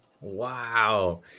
Wow